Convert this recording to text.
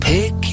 Pick